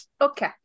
Okay